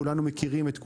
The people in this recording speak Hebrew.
כולנו מכירים את כולם,